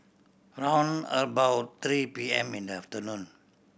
round about three P M in the afternoon